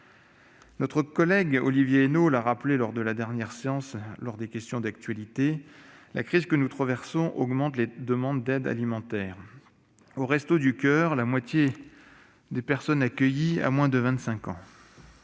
Notre collègue Olivier Henno l'a rappelé lors de la dernière séance de questions d'actualité, la crise que nous traversons augmente les demandes d'aides alimentaires. Aux Restos du coeur, la moitié des personnes accueillies ont moins de